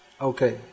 okay